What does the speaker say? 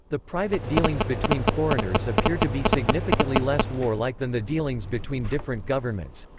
the private dealings between foreigners appear to be significantly less war-like than the dealings between different governments.